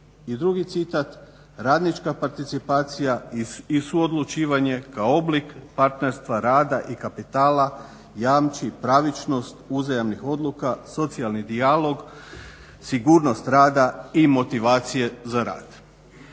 I drugi citat: "radnička participacija i suodlučivanje kao oblik partnerstva rada i kapitala jamči pravičnost uzajamnih odluka socijalni dijalog, sigurnost rada i motivacije za rad."